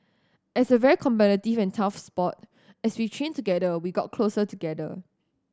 as a very competitive and tough sport as we train together we get closer together